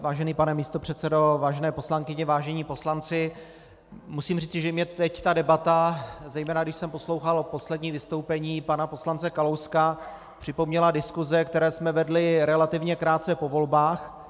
Vážený pane místopředsedo, vážené poslankyně, vážení poslanci, musím říci, že mě teď ta debata, a zejména když jsem poslouchal poslední vystoupení pana poslance Kalouska, připomněla diskuse, které jsme vedli relativně krátce po volbách.